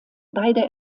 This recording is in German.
beide